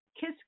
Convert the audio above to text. Kiss